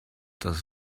dass